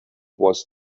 was